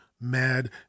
mad